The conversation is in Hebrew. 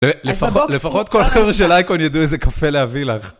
לפחות כל חבר'ה של אייקון ידעו איזה קפה להביא לך.